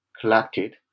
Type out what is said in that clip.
collected